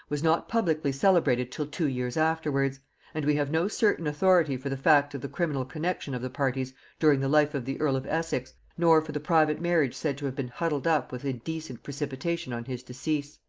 was not publicly celebrated till two years afterwards and we have no certain authority for the fact of the criminal connexion of the parties during the life of the earl of essex, nor for the private marriage said to have been huddled up with indecent precipitation on his decease.